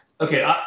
Okay